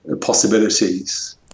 possibilities